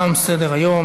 תם סדר-היום.